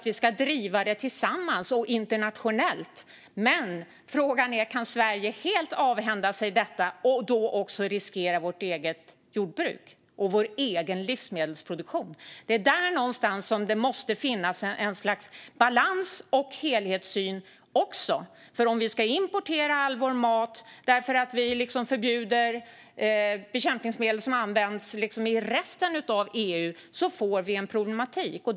Vi ska absolut driva detta tillsammans och internationellt. Men frågan är: Kan Sverige helt avhända sig detta och då också riskera vårt eget jordbruk och vår egen livsmedelsproduktion? Det är där någonstans som det måste finnas ett slags balans och helhetssyn också. Om vi ska importera all vår mat därför att vi förbjuder bekämpningsmedel som används i resten av EU får vi en problematik.